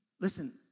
Listen